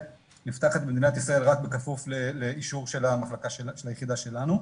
נפתחת במדינת ישראל רק בכפוף לאישור של המחלקה של היחידה שלנו.